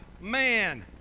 man